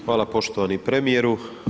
Hvala poštovani premijeru.